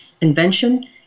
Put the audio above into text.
invention